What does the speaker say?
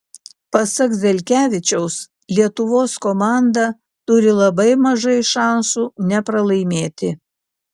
pasak zelkevičiaus lietuvos komanda turi labai mažai šansų nepralaimėti